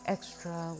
extra